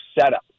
setup